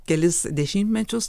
kelis dešimtmečius